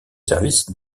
services